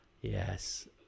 Yes